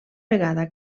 vegada